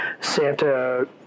Santa